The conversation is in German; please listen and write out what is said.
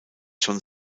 schon